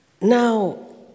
Now